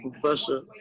professor